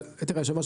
תראה היושב-ראש,